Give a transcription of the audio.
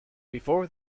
before